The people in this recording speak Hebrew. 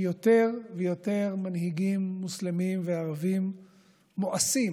כי יותר ויותר מנהיגים מוסלמים וערבים מואסים